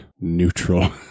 neutral